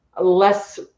less